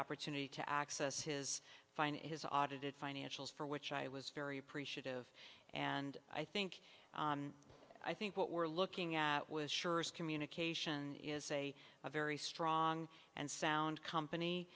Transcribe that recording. opportunity to access his final his audited financials for which i was very appreciative and i think i think what we're looking at was surest communication is a very strong and sound company